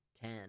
ten